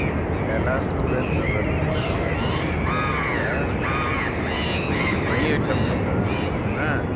Kailash tour and ट्रैवलवला गप जे भऽ रहल छलै तऽ अहि अयठामसँ भऽ रहल छलै ने